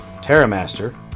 Terramaster